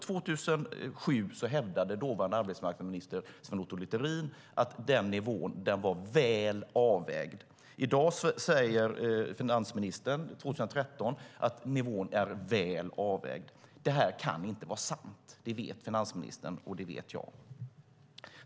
2007 hävdade dåvarande arbetsmarknadsminister Sven-Otto Littorin att den nivån var väl avvägd. I dag, 2013, säger finansministern att nivån är väl avvägd. Det kan inte vara sant, det vet finansministern och det vet jag.